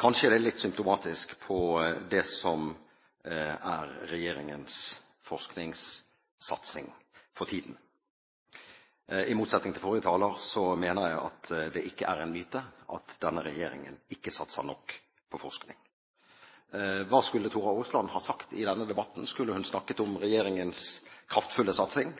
kanskje er det litt symptomatisk for det som er regjeringens forskningssatsing for tiden. I motsetning til forrige taler mener jeg at det ikke er en myte at denne regjeringen ikke satser nok på forskning. Hva skulle Tora Aasland ha sagt i denne debatten? Skulle hun snakket om regjeringens kraftfulle satsing